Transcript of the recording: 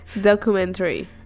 documentary